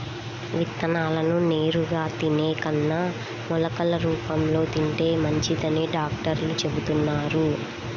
విత్తనాలను నేరుగా తినే కన్నా మొలకలు రూపంలో తింటే మంచిదని డాక్టర్లు చెబుతున్నారు